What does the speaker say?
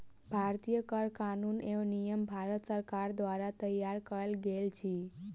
भारतीय कर कानून एवं नियम भारत सरकार द्वारा तैयार कयल गेल अछि